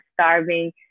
starving